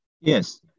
Yes